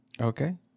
Okay